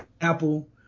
apple